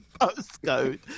postcode